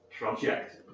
project